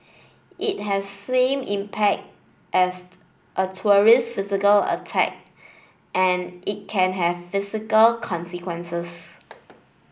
it has same impact as a terrorist physical attack and it can have physical consequences